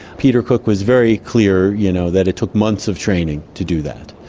peter cook was very clear you know that it took months of training to do that.